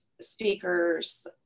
speakers